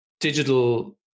digital